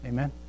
Amen